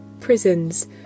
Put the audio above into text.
prisons